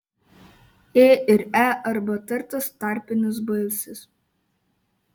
ė ir e arba tartas tarpinis balsis